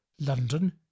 London